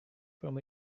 from